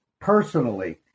personally